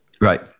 Right